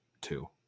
two